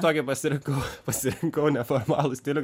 tokį pasirinkau pasirinkau neformalų stilių